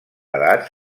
edats